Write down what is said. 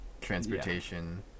transportation